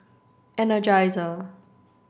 energizer